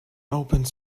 opened